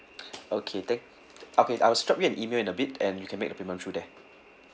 okay thank okay I'll s~ drop you an email in a bit and you can make payment through there